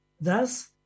Thus